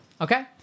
okay